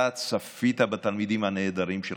אתה צפית בתלמידים הנהדרים שלך,